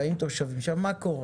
באים תושבים, עכשיו מה קורה?